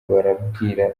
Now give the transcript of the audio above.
barambwira